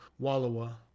Wallowa